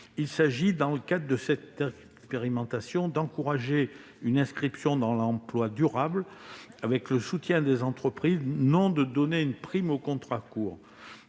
Il s'agit, par le biais de cette expérimentation, d'encourager une inscription dans l'emploi durable avec le soutien des entreprises, et non de donner une prime aux contrats courts.